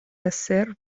hacer